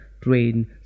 train